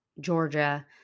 Georgia